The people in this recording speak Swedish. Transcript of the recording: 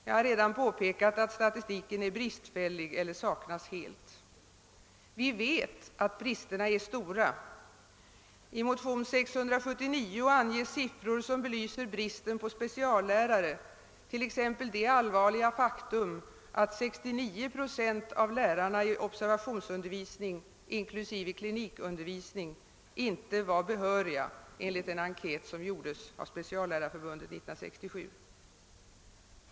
Jag har redan påpekat att statistiken är bristfällig eller saknas helt. Men vi vet att bristerna är stora. I motion II:679 anges siffror som belyser bristen på speciallärare, t.ex. det allvarliga faktum att 69 procent av lärarna i observationsundervisning, inklusive klinikundervisning, inte var behöriga enligt en enkät som gjorts av Speciallärarförbundet 1967.